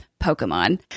Pokemon